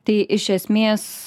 tai iš esmės